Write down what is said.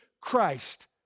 Christ